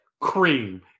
cream